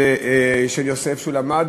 של יוסף, כשהוא למד,